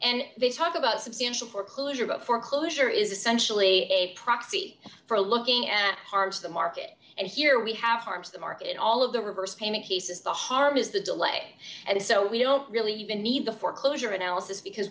and they talk about substantial foreclosure about foreclosure is essentially a proxy for looking at parts of the market and here we have farms the market all of the reversed payment cases the harm is the delay and so we don't really even need the foreclosure analysis because